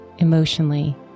emotionally